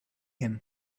him